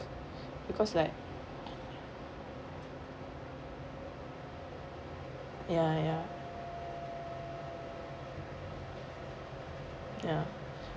because like ya ya ya